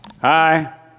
Hi